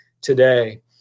today